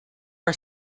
are